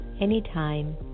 anytime